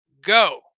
go